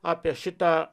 apie šitą